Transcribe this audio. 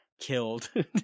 killed